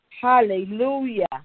Hallelujah